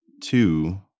two